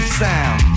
sound